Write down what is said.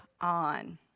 on